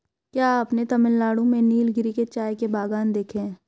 क्या आपने तमिलनाडु में नीलगिरी के चाय के बागान देखे हैं?